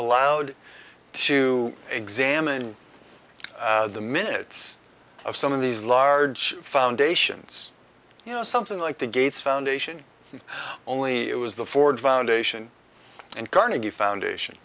allowed to examine the minutes of some of these large foundations you know something like the gates foundation only it was the ford foundation and carnegie foundation